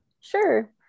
Sure